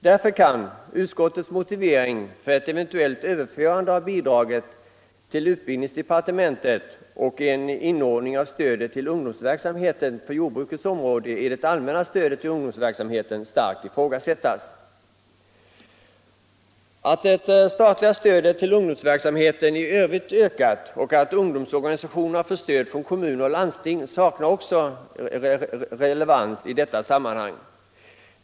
Därför kan utskottets motivering för ett eventuellt överförande av bidraget till utbildningsdepartementet och en inordning av stödet till ungdomsverksamheten på jordbrukets område i det allmänna stödet till ungdomsverksamheten starkt ifrågasättas. Att det statliga stödet till ungdomsverksamheten i övrigt ökat och att ungdomsorganisationerna får stöd från kommuner och landsting saknar också relevans i sammanhanget.